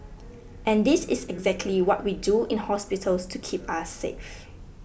and this is exactly what we do in hospitals to keep us safe